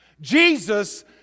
Jesus